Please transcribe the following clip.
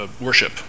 worship